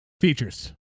Features